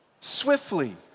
swiftly